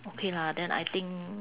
okay lah then I think